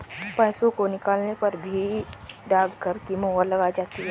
पैसों को निकालने पर भी डाकघर की मोहर लगाई जाती है